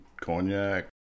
cognac